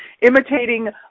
imitating